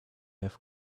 have